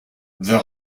the